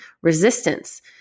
resistance